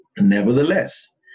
nevertheless